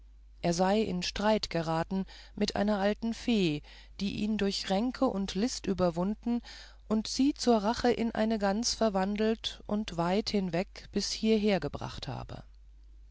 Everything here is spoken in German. er sei in streit geraten mit einer alten fee die ihn durch ränke und list überwunden und sie zur rache in eine gans verwandelt und weit hinweg bis hieher gebracht habe